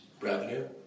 revenue